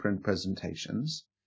presentations